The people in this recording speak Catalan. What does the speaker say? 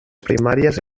primàries